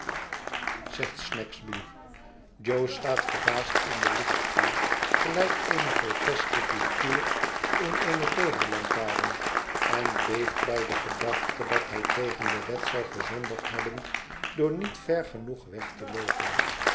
zegt snagsby jo staat verbaasd in den lichtkring gelijk eene groteske figuur in eene tooverlantaren en beeft bij de gedachte dat hij tegen de wet zal gezondigd hebben door niet ver genoeg weg te loopen